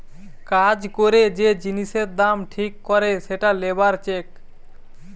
কাজ করে যে জিনিসের দাম ঠিক করে সেটা লেবার চেক